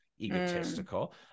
egotistical